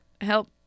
help